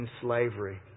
Slavery